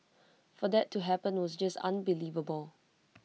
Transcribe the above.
for that to happen was just unbelievable